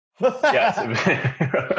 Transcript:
Yes